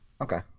Okay